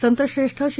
संतश्रेष्ठ श्री